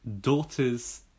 daughter's